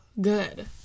good